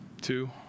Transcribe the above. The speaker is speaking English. two